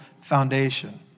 foundation